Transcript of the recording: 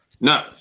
No